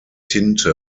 tinte